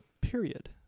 period